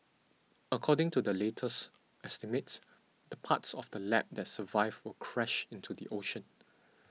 according to the latest estimates the parts of the lab that survive will crash into the ocean